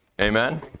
Amen